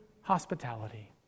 hospitality